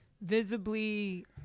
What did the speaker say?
visibly